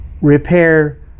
repair